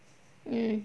mm